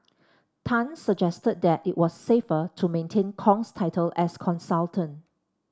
Tan suggested that it was safer to maintain Kong's title as consultant